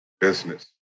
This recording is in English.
business